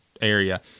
area